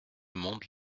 monde